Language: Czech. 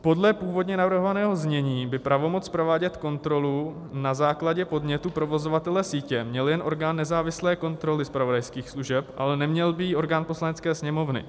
Podle původně navrhovaného znění by pravomoc provádět kontrolu na základě podnětu provozovatele sítě měl jen orgán nezávislé kontroly zpravodajských služeb, ale neměl by ji orgán Poslanecké sněmovny.